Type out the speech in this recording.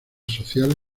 social